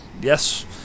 Yes